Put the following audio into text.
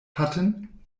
hatten